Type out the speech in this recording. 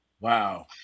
wow